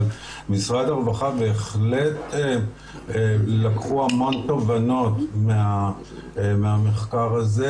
אבל משרד הרווחה בהחלט לקחו המון תובנות מהמחקר הזה,